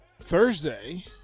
Thursday